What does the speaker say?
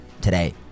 today